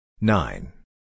nine